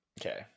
Okay